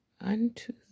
unto